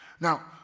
Now